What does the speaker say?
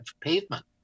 pavement